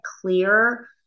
clear